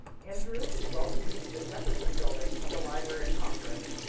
andrew, we welcome you to the jefferson building of the library of congress.